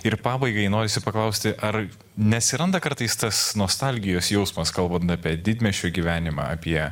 ir pabaigai norisi paklausti ar neatsiranda kartais tas nostalgijos jausmas kalbant apie didmiesčio gyvenimą apie